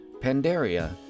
Pandaria